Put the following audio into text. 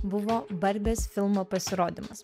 buvo barbės filmo pasirodymas